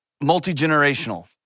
multi-generational